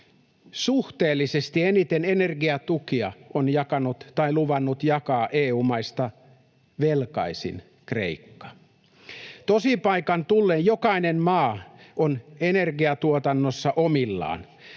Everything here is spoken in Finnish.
Suhteellisesti eniten energiatukia on jakanut tai luvannut jakaa EU-maista velkaisin: Kreikka. Tosipaikan tullen jokainen maa on energiatuotannossa omillaan.